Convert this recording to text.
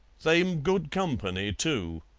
they'm good company, too.